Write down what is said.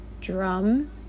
drum